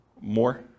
More